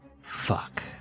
Fuck